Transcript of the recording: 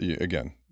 again